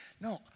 no